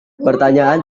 pertanyaan